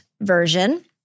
version